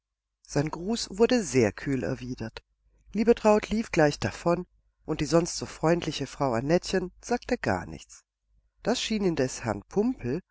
sein gruß wurde sehr kühl erwidert liebetraut lief gleich davon und die sonst so freundliche frau annettchen sagte gar nichts das schien indes herrn pumpel